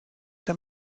der